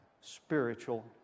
spiritual